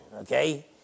okay